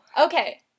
Okay